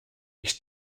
ich